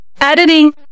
editing